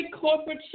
corporate